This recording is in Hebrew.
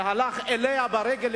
שהלך אליה ברגל,